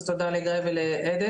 אז תודה לגיא ולעדן.